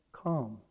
calm